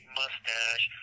mustache